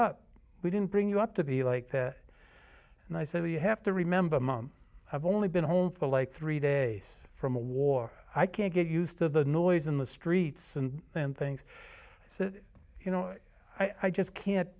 up we didn't bring you up to be like that and i said you have to remember mom have only been home for like three days from a war i can't get used to the noise in the streets and then things so you know i just can't